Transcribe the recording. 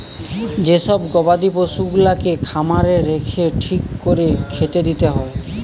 যে সব গবাদি পশুগুলাকে খামারে রেখে ঠিক কোরে খেতে দিতে হয়